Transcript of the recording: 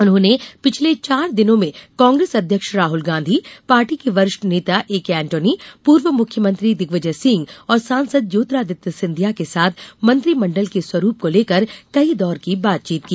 उन्होंने पिछले चार दिनों में कांग्रेस अध्यक्ष राहुल गांधी पार्टी के वरिष्ठ नेता एके एन्टोनी पूर्व मुख्यमंत्री दिग्विजय सिंह और सांसद ज्योतिरादित्य सिंधिया के साथ मंत्रिमंडल के स्वरूप को लेकर कई दौर की बातचीत की